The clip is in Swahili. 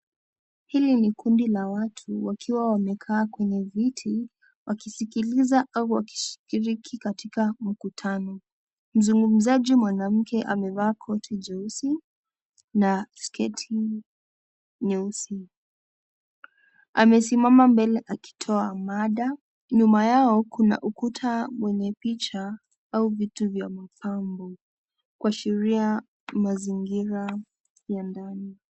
Hili ni kundi la watu wakiwa wamekaa kwenye viti wakisikiliza au wakishiriki katika mkutano, mzungumzaji mwanamke amevaa koti jeusi na sketi nyeusi, amesimama mbele akitoa mada, nyuma yao kuna ukuta wenye picha au vitu vya mapambo, kuashiria mazingira ya ndani.